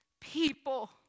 people